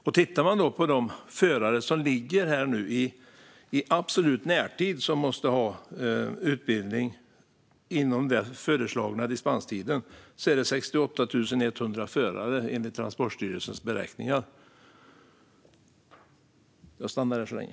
Enligt Transportstyrelsens beräkningar är det 68 100 förare som behöver utbildning inom den föreslagna dispenstiden.